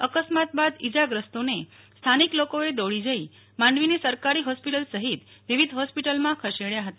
અકસ્માત બાદ ઈજાગ્રસ્તોને સ્થાનિક લોકોએ દોડી જઈ માંડવીની સરકારી હોસ્પિટલ સહિત વિવિધ હોસ્પિટલમાં ખસેડ્યા હતા